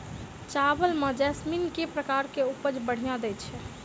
चावल म जैसमिन केँ प्रकार कऽ उपज बढ़िया दैय छै?